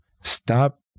stop